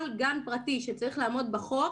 כל גן פרטי שצריך לעמוד בחוק,